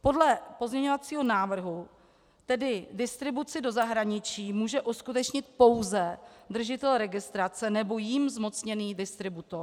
Podle pozměňovacího návrhu tedy distribuci do zahraničí může uskutečnit pouze držitel registrace nebo jím zmocněný distributor.